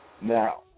Now